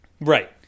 Right